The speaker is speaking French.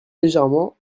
légèrement